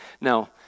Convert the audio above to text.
Now